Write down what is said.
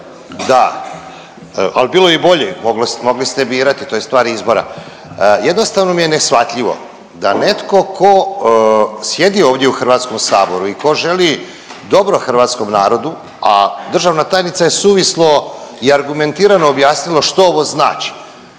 bilo je i bolje, mogli ste birati, to je stvar izbora. Jednostavno mi je neshvatljivo da netko ko sjedi ovdje u HS i ko želi dobro hrvatskom narodu, a državna tajnica je suvislo i argumentirano objasnilo što ovo znači,